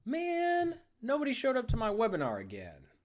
man, nobody showed up to my webinar again.